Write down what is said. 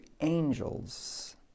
angels